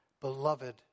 Beloved